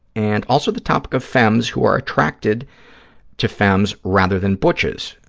and also the topic of femmes who are attracted to femmes rather than butches.